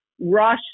rush